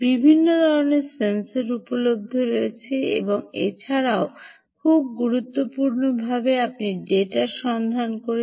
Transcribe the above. বিভিন্ন ধরণের সেন্সর উপলব্ধ রয়েছে এবং এছাড়াও খুব গুরুত্বপূর্ণভাবে ডেটা সন্ধান করতে হবে